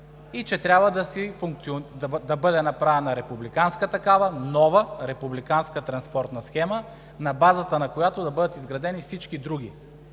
и че трябва да бъде направена нова републиканска транспортна схема, на базата на която да бъдат изградени всички други